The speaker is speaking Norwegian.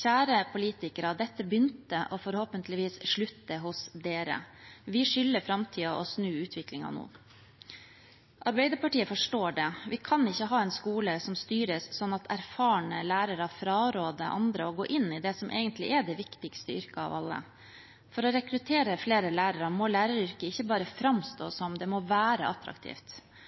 «Kjære politikere: Dette begynte – og forhåpentligvis slutter – hos dere. Vi skylder fremtiden å snu utviklingen nå.» Arbeiderpartiet forstår det. Vi kan ikke ha en skole som styres sånn at erfarne lærere fraråder andre å gå inn i det som egentlig er det viktigste yrket av alle. For å rekruttere flere lærere må læreryrket ikke bare framstå